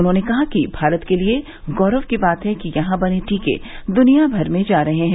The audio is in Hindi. उन्होंने कहा कि भारत के लिए गौरव की बात है कि यहां बने टीके दुनिया भर में जा रहे हैं